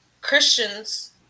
Christians